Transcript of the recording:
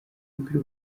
kubwira